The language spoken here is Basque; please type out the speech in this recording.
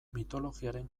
mitologiaren